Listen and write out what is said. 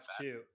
two